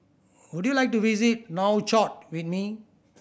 would you like to visit Nouakchott with me